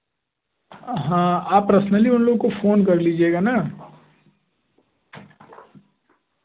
हाँ आप पर्सनली उन लोग को फोन कर लीजिएगा ना